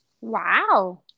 Wow